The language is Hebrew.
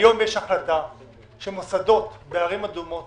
היום יש החלטה שמוסדות בערים אדומות